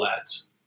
ads